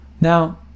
Now